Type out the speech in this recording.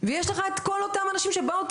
ויש לך פה את כל האנשים שבאו,